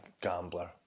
gambler